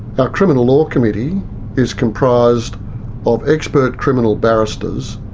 our criminal law committee is comprised of expert criminal barristers,